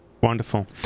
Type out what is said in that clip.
Wonderful